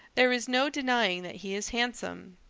there is no denying that he is handsome.